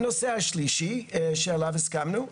הנושא השלישי שעליו הסכמנו,